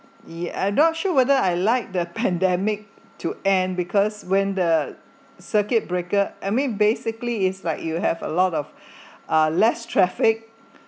ya I not sure whether I like the pandemic to end because when the circuit breaker I mean basically it's like you have a lot of uh less traffic